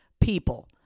people